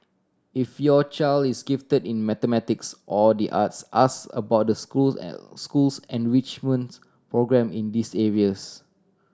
if your child is gifted in mathematics or the arts ask about the school's school's enrichments programme in these areas